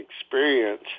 experience